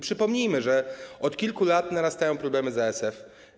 Przypomnijmy, że od kilku lat narastają problemy z ASF.